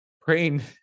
Praying